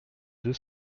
deux